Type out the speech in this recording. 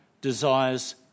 desires